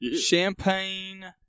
champagne